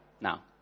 Now